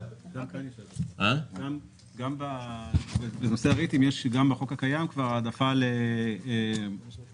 גם בנושא הריטים יש בחוק הקיים העדפה להשקעה